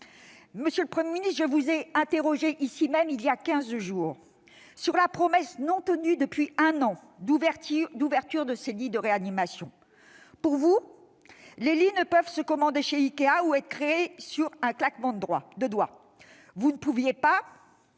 Monsieur le Premier ministre, je vous ai interrogé ici même, au Sénat, il y a quinze jours sur la promesse non tenue depuis un an d'ouverture de ces lits de réanimation. Vous avez indiqué que de tels lits ne pouvaient se commander chez Ikea ni être créés en un claquement de doigts. Vous ne pouviez pas ;